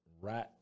right